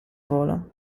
volo